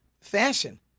fashion